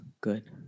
good